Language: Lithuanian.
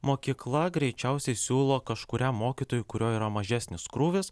mokykla greičiausiai siūlo kažkuriam mokytojui kurio yra mažesnis krūvis